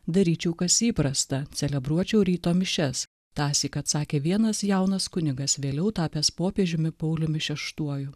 daryčiau kas įprasta celebruočiau ryto mišias tąsyk atsakė vienas jaunas kunigas vėliau tapęs popiežiumi pauliumi šeštuoju